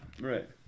Right